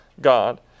God